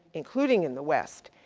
including in the west,